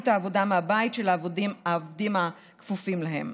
העבודה מהבית של העובדים הכפופים להם.